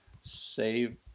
save